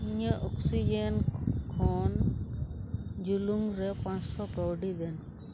ᱤᱧᱟᱹᱜ ᱚᱠᱥᱤᱡᱮᱱ ᱠᱷᱚᱱ ᱡᱩᱞᱩᱝᱨᱮ ᱯᱟᱸᱥᱥᱚ ᱠᱟᱹᱣᱰᱤ ᱫᱮᱱ